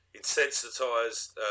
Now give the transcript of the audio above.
insensitized